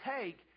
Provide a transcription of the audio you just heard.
take